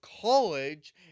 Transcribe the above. college